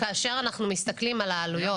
כאשר אנחנו מסתכלים על העלויות